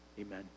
Amen